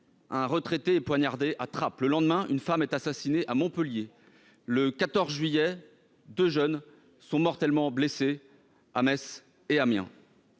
un retraité a été poignardé à Trappes ; le lendemain, une femme a été assassinée à Montpellier ; le 14 juillet, deux jeunes ont été mortellement blessés à Metz et à Amiens.